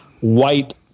white